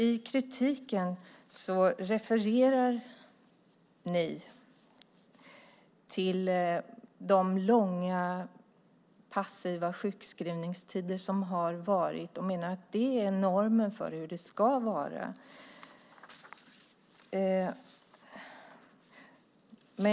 I kritiken refererar ni till de långa passiva sjukskrivningstider som har varit och menar att det är normen för hur det ska vara.